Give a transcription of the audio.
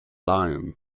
lion